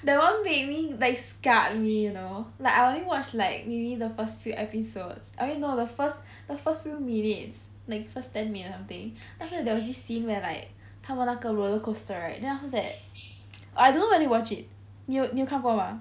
that one really like scarred me you know like I only watch like maybe the first few episodes I mean no the first the first few minutes like first ten minutes or something then after there was this scene where like 他们那个 roller coaster right then after that I don't know whether I watched it 你有看过吗